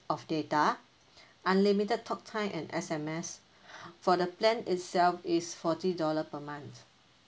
of data unlimited talk time and S_M_S for the plan itself is forty dollar per month